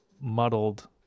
muddled